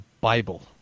Bible